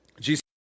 Jesus